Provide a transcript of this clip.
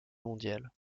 mondiale